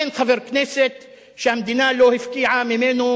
אין חבר כנסת שהמדינה לא הפקיעה ממנו,